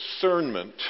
discernment